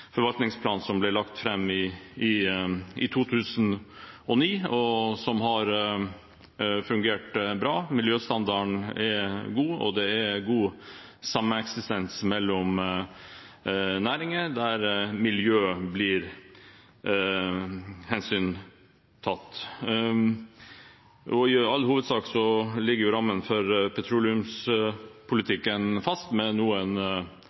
forvaltningsplan som ble lagt fram i 2009, og som har fungert bra. Miljøstandarden er god, og det er god sameksistens mellom næringene, der miljø blir hensyntatt. I all hovedsak ligger rammene for petroleumspolitikken fast, med noen